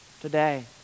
today